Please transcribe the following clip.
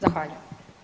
Zahvaljujem.